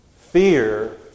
Fear